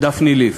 דפני ליף.